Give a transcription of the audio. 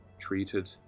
treated